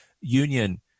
union